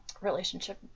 relationship